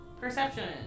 Perception